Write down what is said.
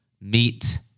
Meet